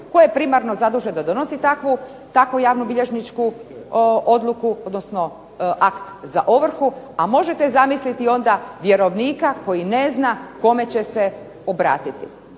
je primarno zadužen da donosi takvu javnu bilježničku odluku, odnosno akt za ovrhu, a možete zamisliti onda vjerovnika koji ne zna kome će se obratiti.